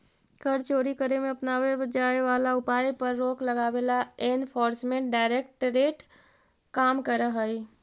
कर चोरी करे में अपनावे जाए वाला उपाय पर रोक लगावे ला एनफोर्समेंट डायरेक्टरेट काम करऽ हई